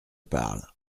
parle